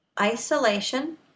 Isolation